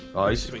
ice